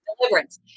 Deliverance